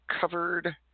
covered